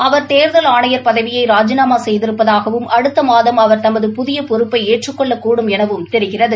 அவர் தேர்தல் ஆணையர் பதவியை ராஜினாமா செய்திருப்பதாகவும் அடுத்த மாதம் அவர் தமது புதிய பொறுப்பை ஏற்றுக் கொள்ளக்கூடும் எனவும் தெரிகிறது